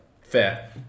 Fair